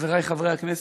חברי חברי הכנסת,